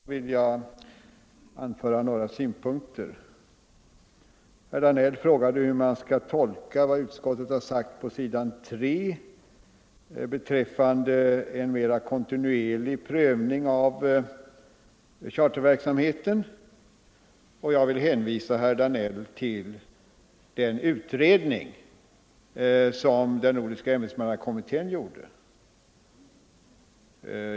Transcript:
Herr talman! Här finns inte något annat yrkande än bifall till utskottets hemställan, men med hänsyn till vad herr Danell sade vill jag anföra några synpunkter. Herr Danell frågade hur man skall tolka vad utskottet har sagt på s. 3 beträffande en mera kontinuerlig prövning av charterverksamheten, och jag vill hänvisa herr Danell till den utredning som den nordiska ämbetsmannakommittén gjorde.